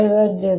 M